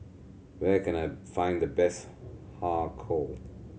where can I find the best Har Kow